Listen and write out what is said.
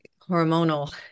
hormonal